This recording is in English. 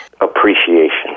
Appreciation